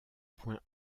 points